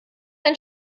ein